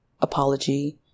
apology